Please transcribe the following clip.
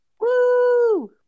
Woo